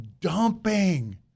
dumping